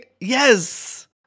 Yes